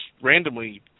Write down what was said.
randomly